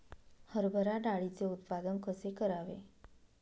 हरभरा डाळीचे उत्पादन कसे करावे?